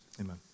Amen